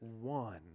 one